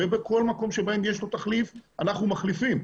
בכל מקום שיש לו תחליף אנחנו מחליפים,